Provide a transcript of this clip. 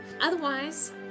Otherwise